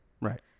Right